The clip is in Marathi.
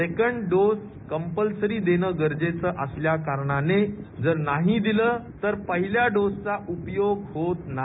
सेकंड डोस कंपलसरी देणं गरजेचं असल्या कारणाने जर नाही दिलं तर पहिल्या डोसचा उपयोग होत नाही